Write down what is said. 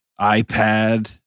iPad